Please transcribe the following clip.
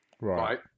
right